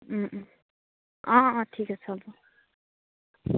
অঁ অঁ ঠিক আছে হ'ব